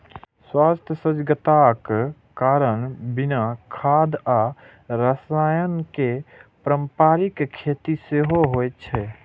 स्वास्थ्य सजगताक कारण बिना खाद आ रसायन के पारंपरिक खेती सेहो होइ छै